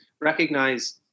recognize